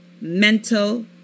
mental